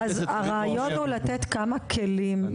הרעיון הוא לתת כמה כלים.